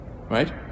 Right